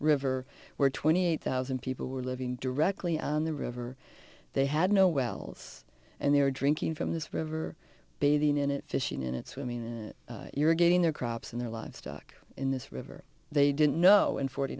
river where twenty eight thousand people were living directly on the river they had no wells and they were drinking from this river bathing in it fishing in it swimming and you're getting their crops and their livestock in this river they didn't know in forty